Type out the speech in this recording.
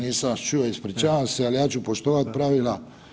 Nisam vas čuo, ispričavam se, al ja ću poštovat pravila.